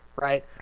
right